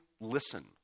listen